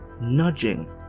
nudging